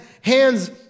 hands